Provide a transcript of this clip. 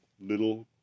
Little